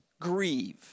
grieve